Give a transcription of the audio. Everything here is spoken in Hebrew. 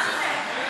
מה זה?